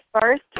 first